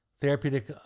therapeutic